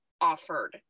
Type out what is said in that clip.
offered